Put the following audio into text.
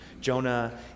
Jonah